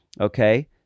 Okay